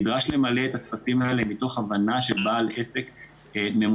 נדרש למלא את הטפסים האלה מתוך הבנה של בעל עסק ממוצע.